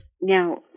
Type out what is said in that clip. Now